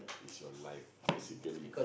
its your life basically